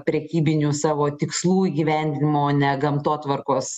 prekybinių savo tikslų įgyvendinimo o ne gamtotvarkos